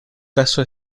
caso